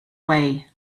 way